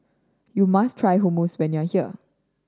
you must try Hummus when you are here